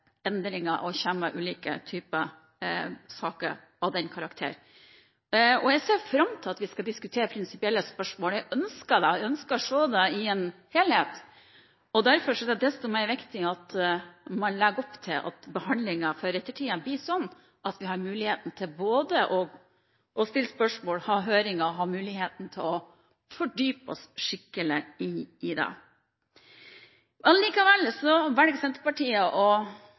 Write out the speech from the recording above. endringer, og kommer med ulike typer saker av den karakter. Jeg ser fram til at vi skal diskutere prinsipielle spørsmål, jeg ønsker det, jeg ønsker å se det i en helhet. Derfor er det desto viktigere at man legger opp til at behandlingen for ettertiden blir slik at vi har mulighet til både å stille spørsmål, ha høringer og ha mulighet til å fordype oss skikkelig i det. Allikevel velger Senterpartiet å